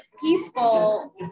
peaceful